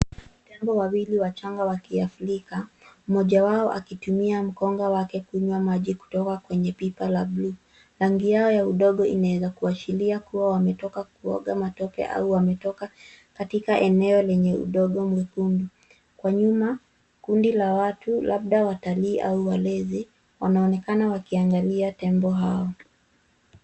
Tembo wawili wachanga wa Kiafrika, mmoja wao akitumia mkonga wake kunywa maji kutoka kwenye pipa la bluu. Rangi yao ya udongo inaweza kuashiria kuwa wametoka kuoga matope au wametoka katika eneo lenye udongo mwekundu. Kwa nyuma, kundi la watu labda watalii au walezi, wanaonekana wakiangalia tembo hao.